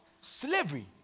Slavery